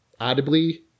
audibly